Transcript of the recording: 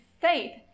faith